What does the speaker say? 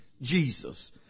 Jesus